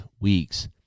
weeks